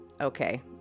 Okay